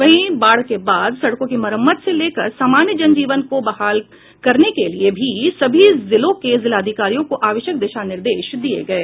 वहीं बाढ़ के बाद सड़कों की मरम्मत से लेकर सामान्य जन जीवन को बहाल करने के लिए भी सभी जिलों के जिलाधिकारी को आवश्यक दिशा निर्देश दिये गये